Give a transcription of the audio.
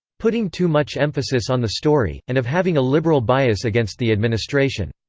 putting too much emphasis on the story, and of having a liberal bias against the administration.